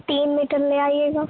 تین میٹر لے آئیے گا